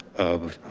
of